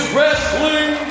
Wrestling